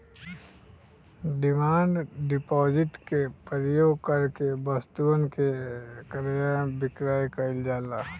demand deposit के प्रयोग करके वस्तुअन के क्रय विक्रय कईल जा सकेला